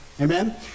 Amen